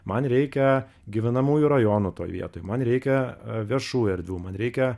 man reikia gyvenamųjų rajonų toj vietoj man reikia viešų erdvių man reikia